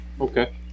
Okay